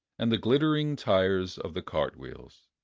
and the glittering tires of the cartwheels.